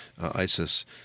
ISIS